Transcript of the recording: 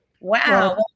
Wow